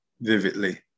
vividly